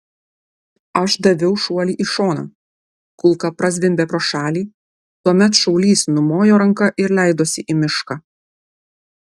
aš daviau šuolį į šoną kulka prazvimbė pro šalį tuomet šaulys numojo ranka ir leidosi į mišką